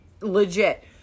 Legit